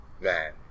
Man